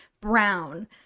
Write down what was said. brown